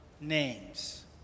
names